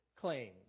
claims